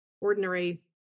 ordinary